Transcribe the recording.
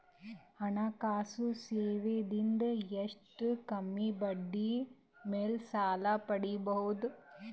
ಹಣಕಾಸು ಸೇವಾ ದಿಂದ ಎಷ್ಟ ಕಮ್ಮಿಬಡ್ಡಿ ಮೇಲ್ ಸಾಲ ಪಡಿಬೋದ?